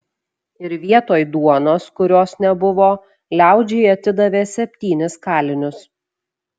ir vietoj duonos kurios nebuvo liaudžiai atidavė septynis kalinius